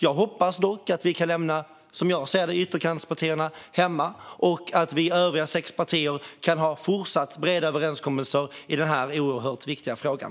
Jag hoppas dock att vi kan lämna ytterkantspartierna hemma och att vi övriga sex partier kan fortsätta att ha breda överenskommelser i den här oerhört viktiga frågan.